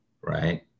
right